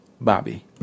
Bobby